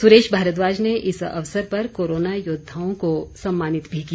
सुरेश भारद्वाज ने इस अवसर पर कोरोना योद्वाओं को सम्मानित भी किया